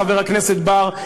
חבר הכנסת בר,